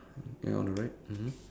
ya on the right mmhmm